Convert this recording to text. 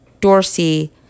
Dorsey